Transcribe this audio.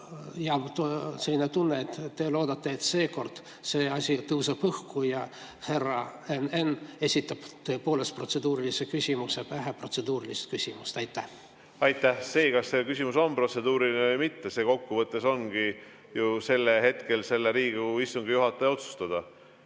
selline tunne, et te loodate, et seekord see asi tõuseb õhku ja härra N. esitab tõepoolest protseduurilise küsimuse pähe protseduurilise küsimuse. Aitäh! Kas küsimus on protseduuriline või mitte, ongi kokkuvõttes ju sellel hetkel selle Riigikogu istungi juhataja otsustada.